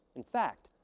in fact,